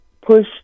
push